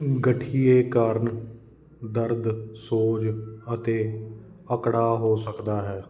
ਗਠੀਏ ਕਾਰਨ ਦਰਦ ਸੋਜ ਅਤੇ ਅਕੜਾਅ ਹੋ ਸਕਦਾ ਹੈ